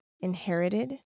inherited